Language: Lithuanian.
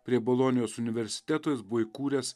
prie bolonijos universiteto jis buvo įkūręs